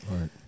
Right